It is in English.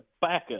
backup